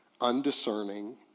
Undiscerning